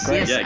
Yes